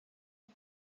off